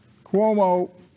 Cuomo